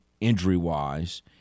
injury-wise